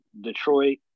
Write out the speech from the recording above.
Detroit